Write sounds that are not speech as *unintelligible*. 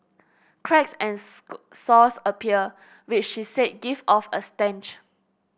cracks and *unintelligible* sores appear which she say give off a stench